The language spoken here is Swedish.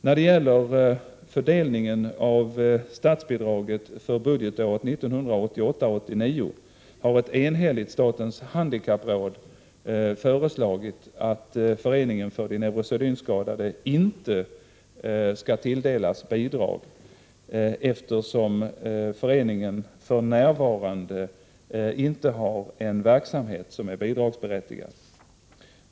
När det gäller fördelningen av statsbidraget för budgetåret 1988/89 har ett enhälligt statens handikappråd föreslagit att Föreningen för de neurosedynskadade inte skall tilldelas bidrag, eftersom föreningen för närvarande inte har en verksamhet som är bidragsberättigad.